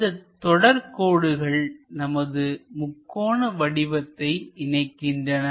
இந்தத் தொடர் கோடுகள் நமது முக்கோண வடிவத்தை இணைக்கின்றன